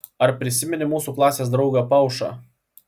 ar prisimeni mūsų klasės draugą paušą